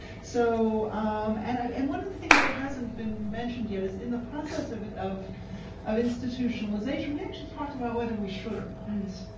so um and and one of the things that hasn't been mentioned yet is in the process of it of of institutionalization, we actually talked about whether we should or not.